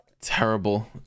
Terrible